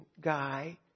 guy